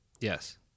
Yes